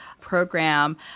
program